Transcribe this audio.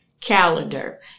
Calendar